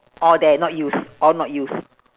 all there not use all not use